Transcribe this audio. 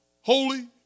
holy